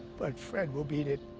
but fred will beat it.